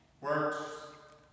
works